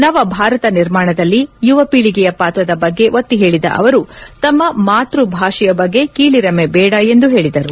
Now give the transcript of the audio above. ನವ ಭಾರತ ನಿರ್ಮಾಣದಲ್ಲಿ ಯುವ ಪೀಳಗೆಯ ಪಾತ್ರದ ಬಗ್ಗೆ ಒತ್ತಿ ಹೇಳಿದ ಅವರು ತಮ್ನ ಮಾತೃ ಭಾಷೆಯ ಬಗ್ಗೆ ಕೀಳರಿಮೆ ಬೇಡ ಎಂದು ಕಿವಿಮಾತು ಹೇಳಿದರು